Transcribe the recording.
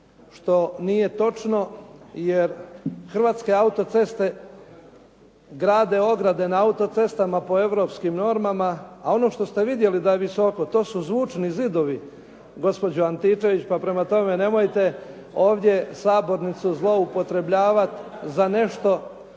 što nije točno jer "Hrvatske autoceste" grade ograde na autocestama po europskim normama. A ono što ste vidjeli da je visoko to su zvučni zidovi, gospođo Antičević, pa prema tome nemojte ovdje sabornicu zloupotrebljavat za nešto